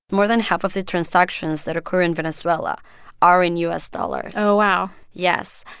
more than half of the transactions that occur in venezuela are in u s. dollars oh, wow yes.